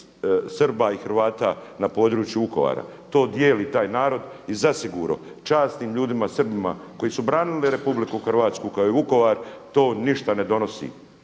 Srba i Hrvata na području Vukovara, to dijeli taj narod i zasigurno časnim ljudima Srbima koji su branili RH kao i Vukovar to ništa ne donosi.